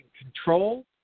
control